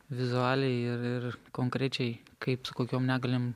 vizualiai ir ir konkrečiai kaip su kokiom negaliom